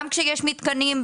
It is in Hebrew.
גם כשיש מתקנים,